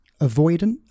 avoidant